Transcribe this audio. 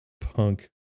punk